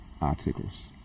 articles